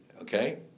okay